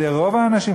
לרוב האנשים,